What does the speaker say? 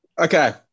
Okay